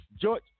George